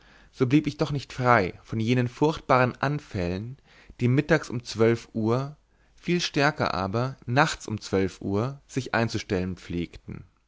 so blieb ich doch nicht frei von jenen furchtbaren anfällen die mittags um zwölf uhr viel stärker aber nachts um zwölf uhr sich einzustellen pflegten